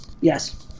Yes